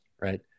right